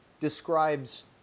describes